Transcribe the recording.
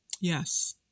Yes